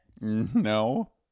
No